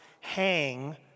hang